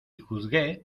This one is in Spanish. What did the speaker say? juzgué